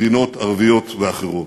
מדינות ערביות ואחרות.